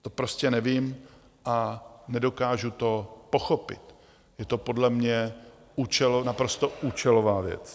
To prostě nevím a nedokážu to pochopit, je to podle mě naprosto účelová věc.